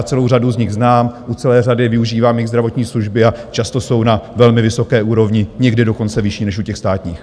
Celou řadu z nich znám, u celé řady využívám jejich zdravotní služby a často jsou na velmi vysoké úrovni, někdy dokonce vyšší než u těch státních.